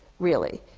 really.